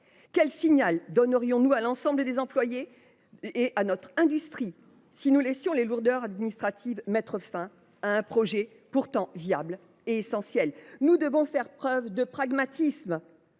Quel signal enverrions nous à l’ensemble des employés et à notre industrie si nous laissions les lourdeurs administratives mettre fin à un projet pourtant viable et essentiel ? Nous devons faire preuve de pragmatisme.